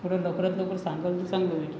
थोडं लवकरात लवकर सांगाल तर चांगलं होईल